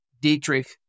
Dietrich